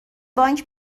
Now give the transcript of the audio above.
بانک